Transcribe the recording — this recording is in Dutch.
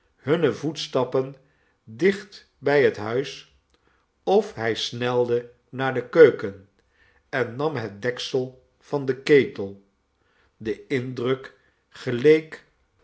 hunne voetstappen dicht bij het huis of hij snelde naar de keuken en nam het deksel van den ketel de indruk geleek